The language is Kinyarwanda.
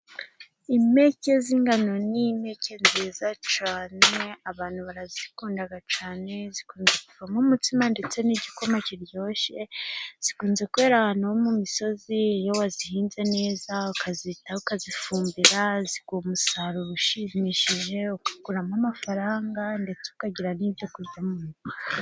Impeke z'ingano ni impeke nziza cyane abantu barazikunda cyane zivamo umutsima ndetse n'igikoma kiryoshye, zikunze kwera ahantu ho mu misozi iyo wazihinze neza ukazitaho ukazifumbira, ziguha umusaruro ushimishije ugakuramo amafaranga, ndetse ukagira n'ibyo kurya mu rugo.